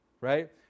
right